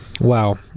Wow